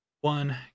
one